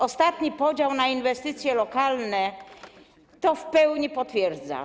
Ostatni podział na inwestycje lokalne to w pełni potwierdza.